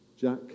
Jack